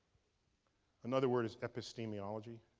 another word is epistemiology.